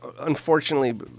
unfortunately